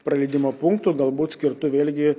praleidimo punktu galbūt skirtu vėlgi